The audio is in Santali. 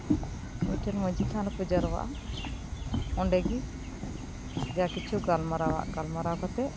ᱢᱤᱫ ᱴᱮᱷᱮᱱ ᱢᱟᱹᱡᱷᱤ ᱛᱷᱟᱱ ᱨᱮᱠᱚ ᱡᱟᱣᱨᱟᱜᱼᱟ ᱚᱱᱮᱰᱮ ᱡᱟ ᱠᱤᱪᱷᱩ ᱜᱟᱞᱢᱟᱨᱟᱣ ᱟᱜ ᱜᱟᱞᱢᱟᱨᱟᱣ ᱠᱟᱛᱮᱫ